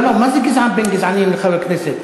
לא לא, מה זה גזען בן גזענים לחבר כנסת?